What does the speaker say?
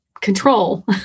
control